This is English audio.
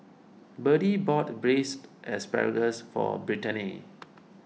Birdie bought Braised Asparagus for Brittaney